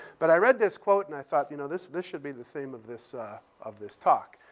but i read this quote, and i thought, you know, this this should be the theme of this of this talk.